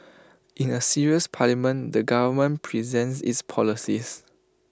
in A serious parliament the government presents its policies